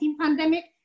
pandemic